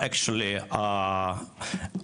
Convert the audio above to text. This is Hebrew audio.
למעשה,